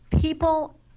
people